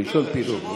מלשון פילוג.